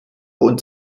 und